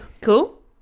Cool